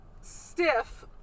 stiff